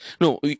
No